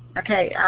okay.